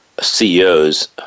CEOs